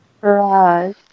Right